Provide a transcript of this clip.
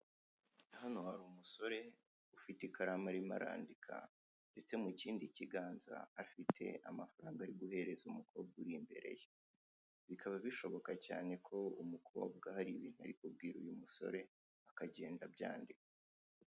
Hano hari umusore ufite ikaramu arimo arandika ndetse mu kindi kiganza afite amafaranga ari guhereza umukobwa uri imbere ye. Bikaba bishoboka cyane ko umukobwa hari ibintu ari kubwira uyu musore akagenda abyandika.